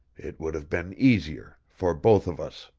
it would have been easier for both of us.